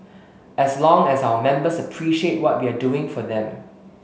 as long as our members appreciate what we are doing for them